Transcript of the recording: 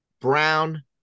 Brown